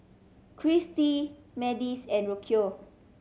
Christie Madisyn and Rocio